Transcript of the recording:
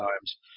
times